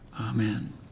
amen